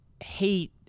hate